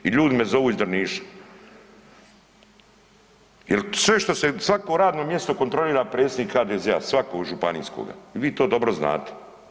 I ljudi me zovu iz Drniša jer sve što se, svako radno mjesto kontrolira predsjednik HDZ-a svako, županijskoga i vi to dobro znate.